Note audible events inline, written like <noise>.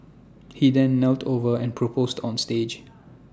he then knelt over and proposed on stage <noise>